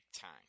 time